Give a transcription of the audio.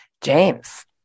James